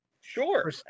Sure